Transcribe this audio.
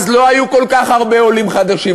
אז לא היו כל כך הרבה עולים חדשים.